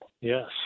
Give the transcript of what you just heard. Yes